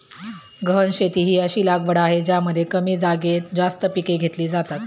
गहन शेती ही अशी लागवड आहे ज्यामध्ये कमी जागेत जास्त पिके घेतली जातात